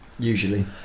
Usually